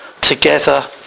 together